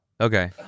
Okay